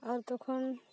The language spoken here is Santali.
ᱟᱨ ᱛᱚᱠᱷᱚᱱ